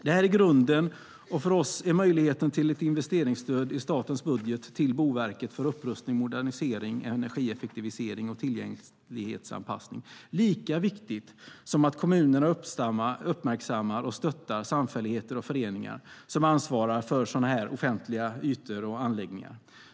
Det är grunden, och för oss är möjligheten till investeringsstöd i statens budget till Boverket för upprustning, modernisering, energieffektivisering och tillgänglighetsanpassning lika viktigt som att kommunerna uppmärksammar och stöttar samfälligheter och föreningar som ansvarar för sådana offentliga ytor och anläggningar.